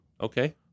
Okay